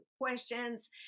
questions